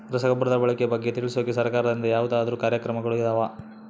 ರಸಗೊಬ್ಬರದ ಬಳಕೆ ಬಗ್ಗೆ ತಿಳಿಸೊಕೆ ಸರಕಾರದಿಂದ ಯಾವದಾದ್ರು ಕಾರ್ಯಕ್ರಮಗಳು ಇದಾವ?